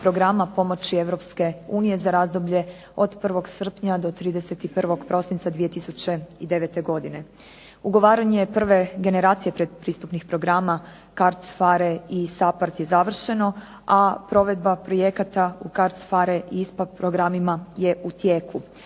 programa pomoći EU za razdoblje od 01. srpnja do 31. prosinca 2009. godine. Ugovaranje prve generacije predpristupnih programa CARDS, PHARE i SAPHARD je završeno, a provedba projekata u CARDS, PHARE i ISPA programima je u tijeku.